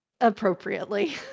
appropriately